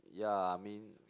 yeah I mean